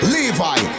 Levi